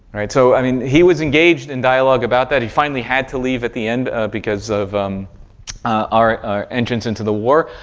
right? so, i mean, he was engaged in dialogue about that. he finally had to leave at the end because of um our entrance into the war.